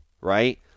right